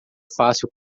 fácil